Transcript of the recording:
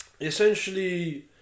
essentially